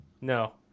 no